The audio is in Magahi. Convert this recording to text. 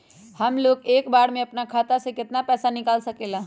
हमलोग एक बार में अपना खाता से केतना पैसा निकाल सकेला?